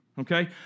Okay